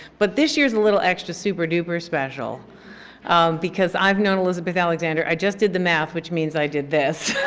but this year is a little extra, super duper special because i've known elizabeth alexander, i just did the math, which means i did this.